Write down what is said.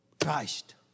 Christ